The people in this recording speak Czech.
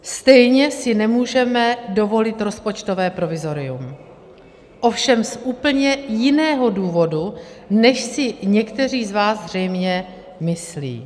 Stejně si nemůžeme dovolit rozpočtové provizorium, ovšem z úplně jiného důvodu, než si někteří z vás zřejmě myslí.